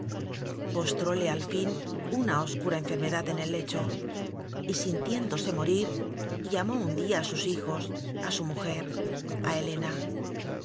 hermanita postróle al fin una oscura enfermedad en el lecho y sintiéndose morir llamó un día a sus hijos a su mujer a helena